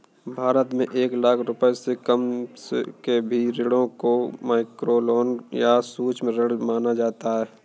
भारत में एक लाख रुपए से कम के सभी ऋणों को माइक्रोलोन या सूक्ष्म ऋण माना जा सकता है